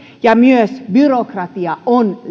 ja myös byrokratia on